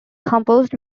composed